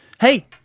hey –